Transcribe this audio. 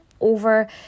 over